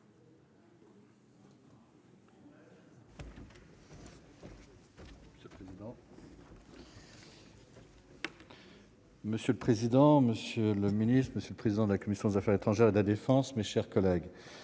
Monsieur le président, Monsieur le Ministre, Monsieur le président de la commission des Affaires étrangères et de la défense, mes chers collègues,